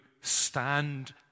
stand